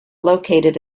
located